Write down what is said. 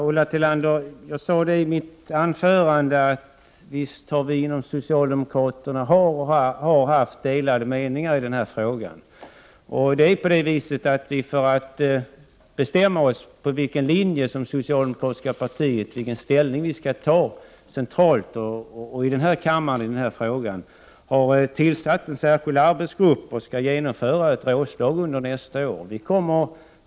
Herr talman! I mitt anförande sade jag, Ulla Tillander, att det bland oss socialdemokrater har rått och råder delade meningar i denna fråga. För att vi i det socialdemokratiska partiet skall kunna bestämma oss för en viss linje — centralt och även här i kammaren — i denna fråga har vi tillsatt en särskild arbetsgrupp, och under nästa år kommer ett rådslag att äga rum.